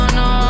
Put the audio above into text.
no